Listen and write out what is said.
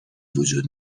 وجود